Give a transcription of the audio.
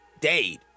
Dade